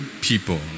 people